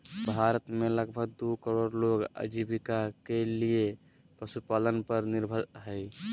भारत में लगभग दू करोड़ लोग आजीविका के लिये पशुपालन पर निर्भर हइ